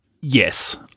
Yes